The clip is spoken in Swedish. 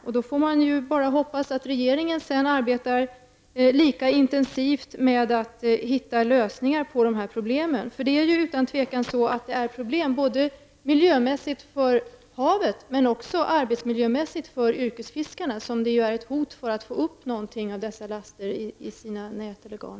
Jag hoppas bara att regeringen sedan arbetar lika intensivt med att hitta lösningar på dessa problem. Det är ju utan tvivel problem, både miljömässigt för haven, och arbetsmiljömässigt för yrkesfiskarna, eftersom de kan få upp något av dessa laster i sina nät eller garn.